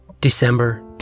DECEMBER